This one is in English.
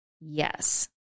yes